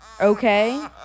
Okay